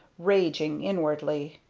raging inwardly.